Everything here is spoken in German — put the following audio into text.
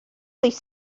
sich